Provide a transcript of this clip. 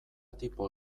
tipo